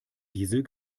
diesel